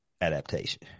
adaptation